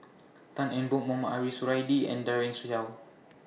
Tan Eng Bock Mohamed Ariff Suradi and Daren Shiau